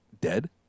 dead